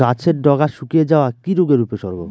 গাছের ডগা শুকিয়ে যাওয়া কি রোগের উপসর্গ?